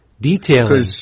detailing